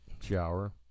shower